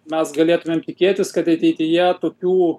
mes galėtumėm tikėtis kad ateityje tokių